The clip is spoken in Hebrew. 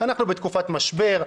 אנחנו בתקופת משבר.